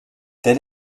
tel